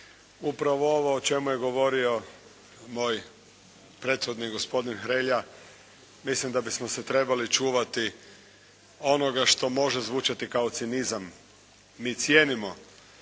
Upravo ovo o čemu je govorio moj prethodnik gospodin Hrelja mislim da bismo se trebali čuvati onoga što može zvučati kao cinizam. Mi cijenimo